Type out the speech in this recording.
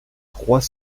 trois